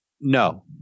No